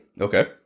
Okay